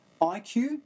IQ